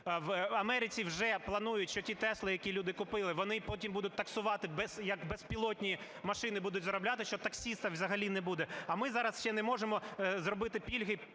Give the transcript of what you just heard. В Америці вже планують, що ті Tesla, які люди купили, вони і потім будуть таксувати як безпілотні машини, будуть заробляти, що і таксиста взагалі не буде. А ми зараз ще не можемо зробити пільги